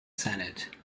senate